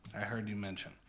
i heard you mention.